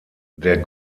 der